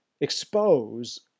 expose